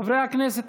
חברי הכנסת,